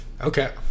okay